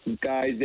guys